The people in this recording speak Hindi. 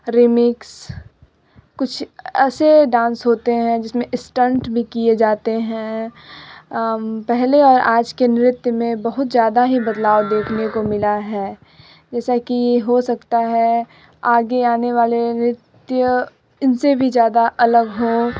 रीमिक्स कुछ ऐसे डांस होते हैं जिसमें स्टंट भी किए जाते हैं पहले और आज के नृत्य में बहुत ज़्यादा ही बदलाव देखने को मिला है जैसा कि हो सकता है आगे आने वाले नृत्य इनसे भी ज़्यादा अलग हो